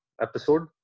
episode